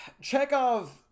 Chekhov